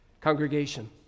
Congregation